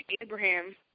Abraham